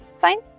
Fine